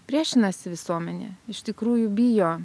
priešinasi visuomenė iš tikrųjų bijo